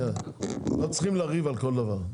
לא צריכים לריב על כל דבר.